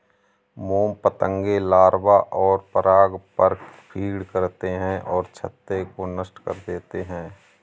मोम पतंगे लार्वा और पराग पर फ़ीड करते हैं और छत्ते को नष्ट कर देते हैं